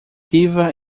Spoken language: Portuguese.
viva